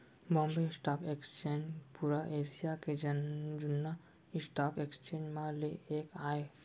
Bombay stock exchange पुरा Asia के जुन्ना स्टॉक एक्सचेंज म ले एक आय